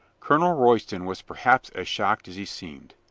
colonel royston was perhaps as shocked as he seemed.